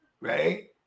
right